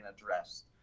addressed